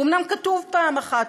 הוא אומנם כתוב פעם אחת,